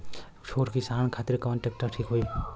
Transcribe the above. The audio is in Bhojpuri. छोट किसान खातिर कवन ट्रेक्टर ठीक होई?